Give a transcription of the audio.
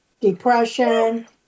depression